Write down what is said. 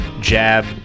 Jab